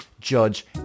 judge